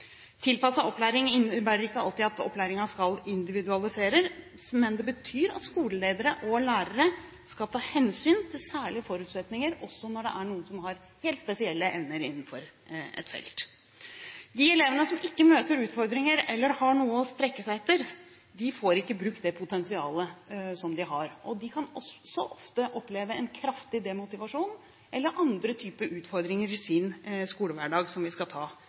opplæring innebærer ikke alltid at opplæringen skal individualiseres, men det betyr at skoleledere og lærere skal ta hensyn til særlige forutsetninger, også når det er noen som har helt spesielle evner innenfor et felt. De elevene som ikke møter utfordringer eller har noe å strekke seg etter, får ikke brukt det potensialet de har. De kan også ofte oppleve en kraftig demotivasjon, eller andre typer utfordringer i sin skolehverdag, som vi skal ta